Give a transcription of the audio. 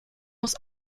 muss